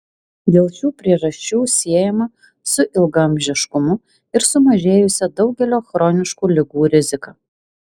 dėl šių priežasčių siejama su ilgaamžiškumu ir sumažėjusia daugelio chroniškų ligų rizika